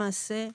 למעשה,